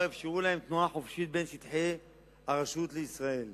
אפשרה להם תנועה חופשית בין שטחי הרשות לישראל